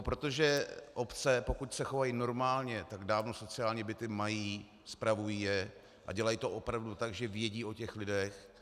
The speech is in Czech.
Protože obce, pokud se chovají normálně, tak dávno sociální byty mají, spravují je a dělají to opravdu tak, že vědí o těch lidech.